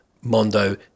mondo